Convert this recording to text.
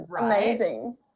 amazing